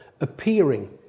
appearing